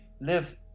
live